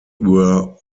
were